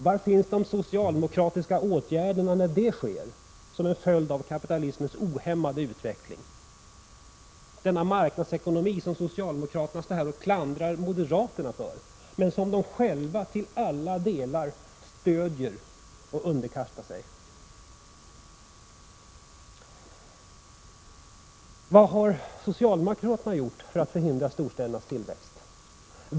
Var finns de socialdemokratiska åtgärderna när det sker som en följd av kapitalismens ohämmade utveckling och marknadsekonomin, som socialdemokraterna här klandrar moderaterna för, men som de själva till alla delar stöder och underkastar sig? Vad har socialdemokraterna gjort för att förhindra storstädernas tillväxt?